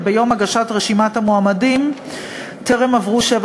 וביום הגשת רשימת המועמדים טרם עברו שבע